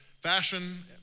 fashion